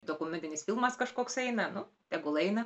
dokumentinis filmas kažkoks eina tegul eina